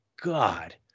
God